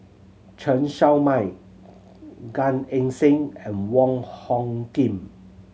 Chen Show Mao Gan Eng Seng and Wong Hung Khim